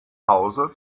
hause